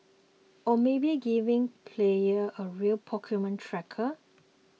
or maybe giving players a real Pokemon tracker